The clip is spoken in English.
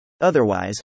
Otherwise